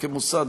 כמוסד,